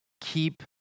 Keep